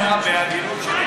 אני מזכיר לך בעדינות,